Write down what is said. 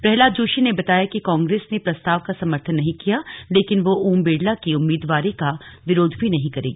प्रहलाद जोशी ने बताया कि कांग्रेस ने प्रस्ताव का समर्थन नहीं किया लेकिन वह ओम बिड़ला की उम्मीनवारी का विरोध भी नहीं करेगी